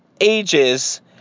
ages